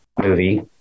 movie